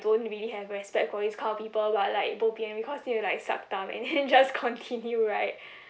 don't really have respect for this kind of people but like bo pian because you like suck thumb and then just continue right